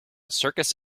circus